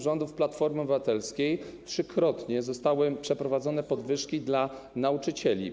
rządów Platformy Obywatelskiej trzykrotnie zostały wprowadzone podwyżki dla nauczycieli.